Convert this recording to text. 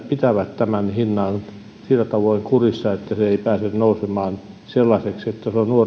pitävät tämän hinnan sillä tavoin kurissa että se ei pääse nousemaan sellaiseksi että on nuorelle ihmiselle